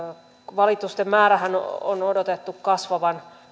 valitusten määränhän on odotettu kasvavan ja